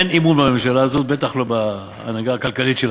אין אמון בממשלה הזאת, בטח לא בהנהגה הכלכלית שלה.